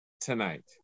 tonight